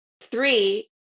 three